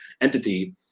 entity